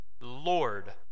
Lord